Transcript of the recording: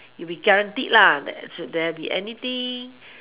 you be guaranteed lah that there be anything